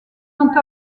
ont